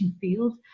field